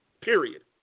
Period